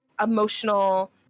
emotional